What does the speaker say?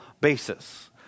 basis